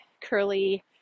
curly